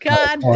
God